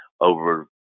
over